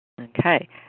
Okay